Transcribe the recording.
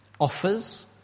offers